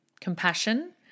compassion